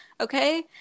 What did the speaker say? okay